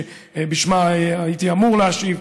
שבשמה הייתי אמור להשיב,